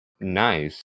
Nice